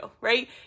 right